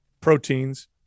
proteins